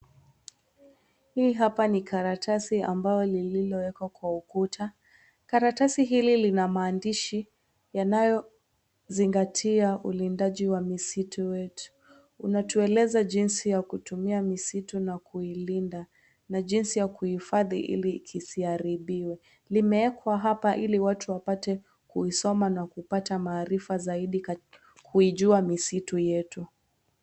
Hili hapa ni karatasi ambalo lililowekwa kwa ukuta, karatasi hili lina maandishi yanayozingatia ulindaji wa misitu yetu unatueleza jinsi ya kutumia misitu na kuilinda na jinsi ya kuhifhadhi hili kisiharibiwa, limewekwa hapa hili watu wapate kusoma na kupata maaarifa zaidi katika kuijua misitu yetu.